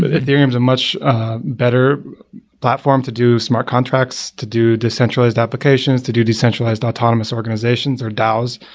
but ethereum is a much better platform to do smart contracts, to do decentralized applications, to do decentralized autonomous organizations, or daws,